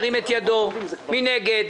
מי נגד?